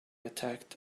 attacked